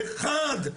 אחד,